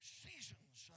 seasons